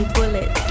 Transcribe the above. Bullet